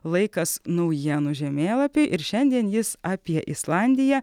laikas naujienų žemėlapiui ir šiandien jis apie islandiją